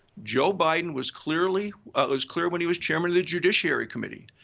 joe biden was clearly was clear when he was chairman of the judiciary committee.